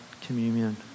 communion